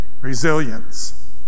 Resilience